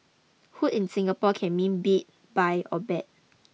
Hoot in Singapore can mean beat buy or bet